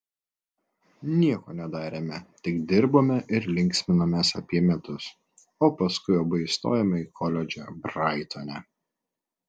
nieko nedarėme tik dirbome ir linksminomės apie metus o paskui abu įstojome į koledžą braitone